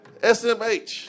SMH